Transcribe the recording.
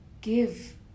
give